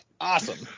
awesome